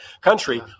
country